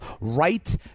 right